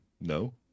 No